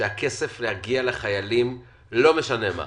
שהכסף יגיע לחיילים לא משנה מה.